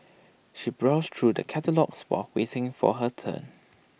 she browsed through the catalogues while waiting for her turn